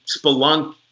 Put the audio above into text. spelunk